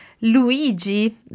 Luigi